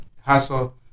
hassle